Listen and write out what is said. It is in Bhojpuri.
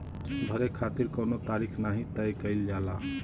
भरे खातिर कउनो तारीख नाही तय कईल जाला